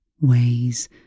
ways